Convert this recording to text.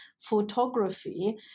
photography